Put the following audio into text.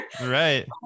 Right